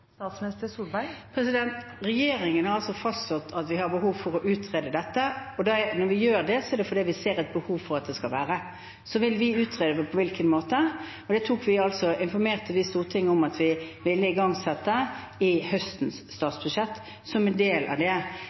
Regjeringen har fastslått at vi har behov for å utrede dette. Når vi gjør det, er det fordi vi ser et behov for det. Så vil vi utrede på hvilken måte. Det informerte vi Stortinget om at vi ville igangsette, som en del av høstens statsbudsjett. Den debatten som